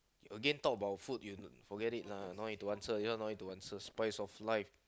again talk about food you forget it lah no need to answer this one no need to answer spice of life